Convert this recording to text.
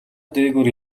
дээгүүр